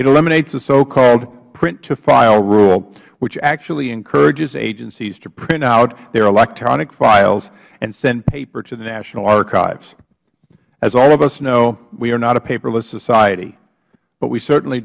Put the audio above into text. eliminates the so called print to file rule which actually encourages agencies to print out their electronic files and send paper to the national archives as all of us know we are not a paperless society but we certainly